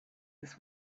this